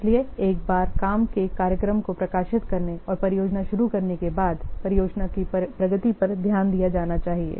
इसलिए एक बार काम के कार्यक्रम को प्रकाशित करनेऔर परियोजना शुरू करने के बाद परियोजना की प्रगति पर ध्यान दिया जाना चाहिए